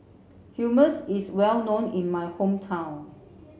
Hummus is well known in my hometown